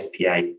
SPA